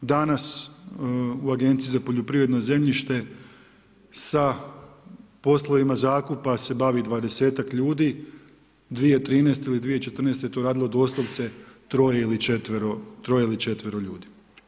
Danas, u Agenciji za poljoprivredno zemljište, sa poslovnima zakupa se bavi 20-tak ljudi, 2013. ili 2014. je to radilo doslovce, troje ili četvero ljudi.